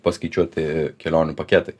paskaičiuoti kelionių paketai